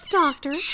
doctor